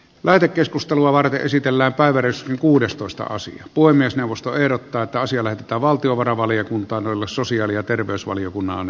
lähetekeskustelua varten esitellä pääväristä kuudestoista osa puhemiesneuvosto ehdottaa toisille että valtiovarainvaliokunta on koolla sosiaali ja terveysvaliokunnan